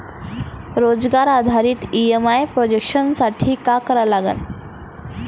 रोजगार आधारित EMI projection साठी का करा लागन?